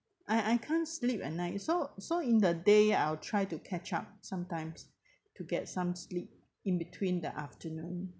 I I can't sleep at night so so in the day I'll try to catch up sometimes to get some sleep in between the afternoon